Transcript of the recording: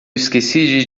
esqueci